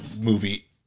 movie